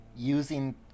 using